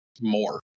more